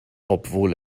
obwohl